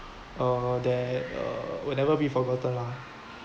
uh that uh will never be forgotten lah